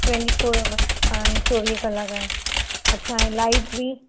twenty four hour पाणी चोवीह कलाक आहे अच्छा ऐं लाइट बि